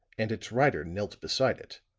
and its rider knelt beside it,